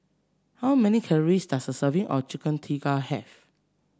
how many calories does a serving of Chicken Tikka have